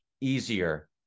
easier